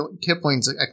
Kipling's